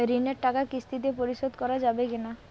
ঋণের টাকা কিস্তিতে পরিশোধ করা যাবে কি না?